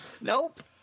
Nope